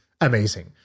amazing